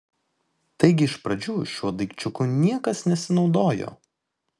taigi iš pradžių šiuo daikčiuku niekas nesinaudojo